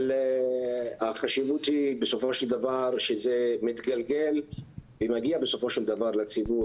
אבל החשיבות היא בסופו של דבר שזה מתגלגל ומגיע בסוף לציבור,